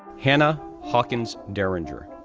hanna hawkins deringer,